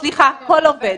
סליחה, כל עובד.